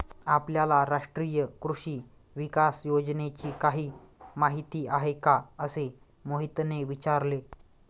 आपल्याला राष्ट्रीय कृषी विकास योजनेची काही माहिती आहे का असे मोहितने विचारले?